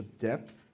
depth